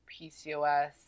PCOS